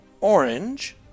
orange